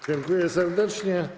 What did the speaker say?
Dziękuję serdecznie.